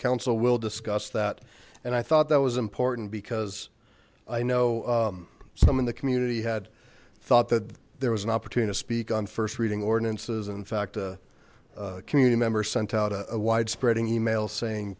council will discuss that and i thought that was important because i know some in the community had thought that there was an opportunity to speak on first reading ordinances and in fact a community members sent out a wide spreading email saying